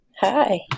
Hi